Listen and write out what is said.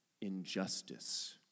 injustice